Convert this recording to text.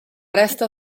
resta